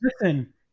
Listen